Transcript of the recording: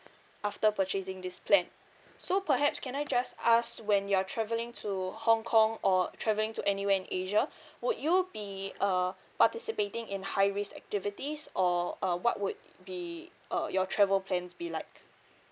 after purchasing this plan so perhaps can I just ask when you're travelling to hong kong or traveling to anywhere in asia would you be uh participating in high risk activities or uh what would be uh your travel plans be like